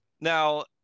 Now